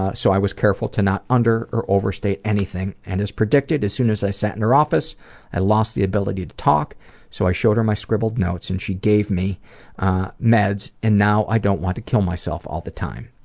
ah so i was careful to not under or over-state anything, and as predicted, as soon as i sat in her office i lost the ability to talk so showed her my scribbled notes and she gave me meds and now i don't want to kill myself all the time.